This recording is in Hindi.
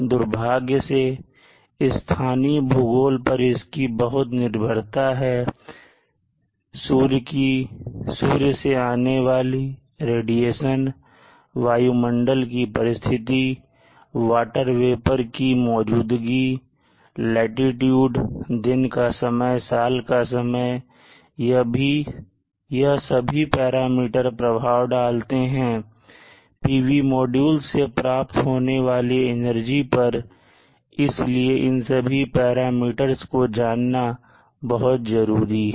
दुर्भाग्य से स्थानीय भूगोल पर इसकी बहुत निर्भरता है सूर्य से आने वाली रेडिएशन वायुमंडल की परिस्थिति वाटर वेपर की मौजूदगी लाटीट्यूड दिन का समय साल का समय यह सभी पैरामीटर प्रभाव डालते हैं PV मॉड्यूल से प्राप्त होने वाले एनर्जी पर इसलिए इन सभी पैरामीटर्स को जानना जरूरी है